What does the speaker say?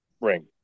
ring